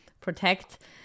protect